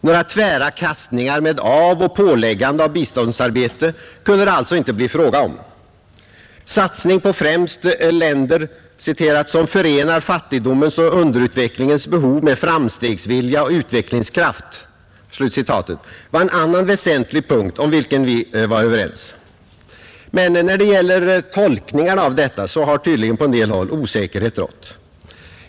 Några tvära kastningar med avoch påläggande av biståndsarbete kunde det alltså inte bli fråga om Satsning på främst länder ”som förenar fattigdomens och underutvecklingens behov med framstegsvilja och utvecklingskraft” var en annan väsentlig punkt om vilken vi var överens. När det gäller tolkningarna av detta utlåtande har tydligen på en del håll osäkerhet rått.